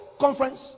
conference